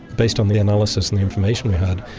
based on the analysis and the information we had,